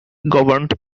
governed